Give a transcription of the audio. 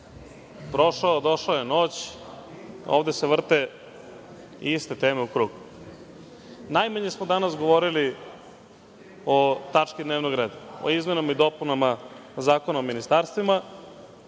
prošao, došla je noć, a ovde se vrte iste teme u krug. Najmanje smo danas govorili o tački dnevnog reda, o izmenama i dopunama Zakona o ministarstvima.